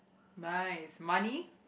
nice money